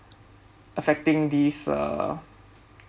affecting this uh